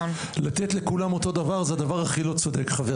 לצאת לכולם אותו דבר זה הדבר הכי לא צודק.